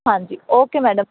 ਹਾਂਜੀ okay madam